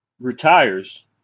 retires